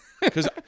because-